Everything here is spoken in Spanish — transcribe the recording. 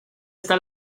está